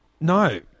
No